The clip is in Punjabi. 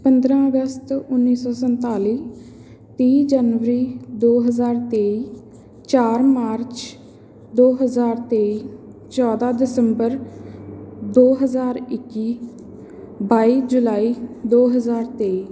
ਪੰਦਰ੍ਹਾਂ ਅਗਸਤ ਉੱਨੀ ਸੌ ਸਨਤਾਲੀ ਤੀਹ ਜਨਵਰੀ ਦੋ ਹਜ਼ਾਰ ਤੇਈ ਚਾਰ ਮਾਰਚ ਦੋ ਹਜ਼ਾਰ ਤੇਈ ਚੌਦ੍ਹਾਂ ਦਸੰਬਰ ਦੋ ਹਜ਼ਾਰ ਇੱਕੀ ਬਾਈ ਜੁਲਾਈ ਦੋ ਹਜ਼ਾਰ ਤੇਈ